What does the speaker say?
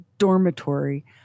Dormitory